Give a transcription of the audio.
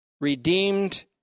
redeemed